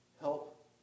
Help